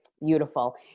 beautiful